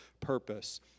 purpose